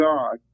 God